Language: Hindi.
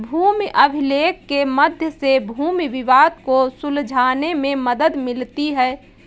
भूमि अभिलेख के मध्य से भूमि विवाद को सुलझाने में मदद मिलती है